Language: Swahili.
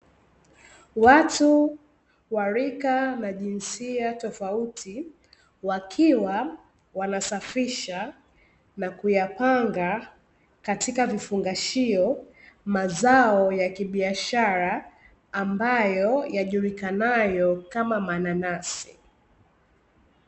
Watu wa rika tofauti wakiwa wanasafisha na kuyapanga katika vifungashio mazao ya kibiashara ambayo yajulikanayo kama mananasi.